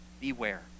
Beware